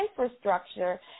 infrastructure